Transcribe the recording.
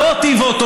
לא אותי ואותו,